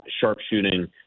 sharpshooting